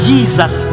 Jesus